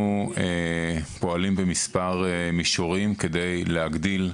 אנחנו פועלים בכמה מישורים כדי להגדיל